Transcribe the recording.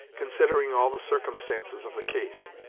considering all the circumstances of the case.